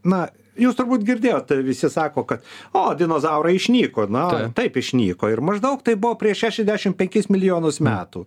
na jūs turbūt girdėjot visi sako kad o dinozaurai išnyko na taip išnyko ir maždaug taip buvo prieš šešiasdešim penkis milijonus metų